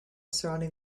surrounding